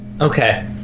Okay